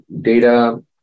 data